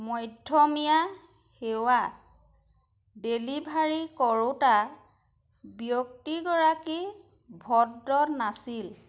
মধ্যমীয়া সেৱা ডেলিভাৰী কৰোঁতা ব্যক্তিগৰাকী ভদ্ৰ নাছিল